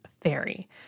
fairy